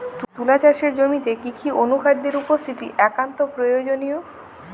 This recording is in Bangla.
তুলা চাষের জমিতে কি কি অনুখাদ্যের উপস্থিতি একান্ত প্রয়োজনীয়?